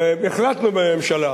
החלטנו בממשלה